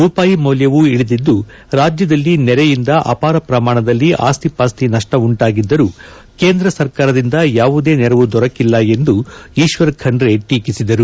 ರೂಪಾಯಿ ಮೌಲ್ಯವೂ ಇಳಿದಿದ್ದು ರಾಜ್ಯದಲ್ಲಿ ನೆರೆಯಿಂದ ಅಪಾರ ಪ್ರಮಾಣದಲ್ಲಿ ಆಸ್ತಿ ಪಾಸ್ತಿ ನಷ್ಷ ಉಂಟಾಗಿದ್ದರೂ ಕೇಂದ್ರ ಸರ್ಕಾರದಿಂದ ಯಾವುದೇ ನೆರವು ದೊರಕಿಲ್ಲ ಎಂದು ಈಶ್ವರ್ ಖಂಡ್ರೆ ಟೀಕಿಸಿದರು